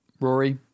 Rory